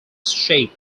shape